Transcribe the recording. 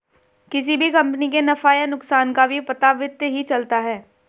किसी भी कम्पनी के नफ़ा या नुकसान का भी पता वित्त ही चलता है